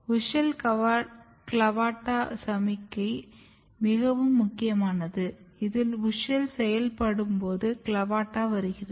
WUSCHEL CLAVATA சமிக்ஞை மிகவும் முக்கியமானது இதில் WUSCHEL செயல்படும்போது CLAVATA வருகிறது